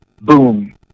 boom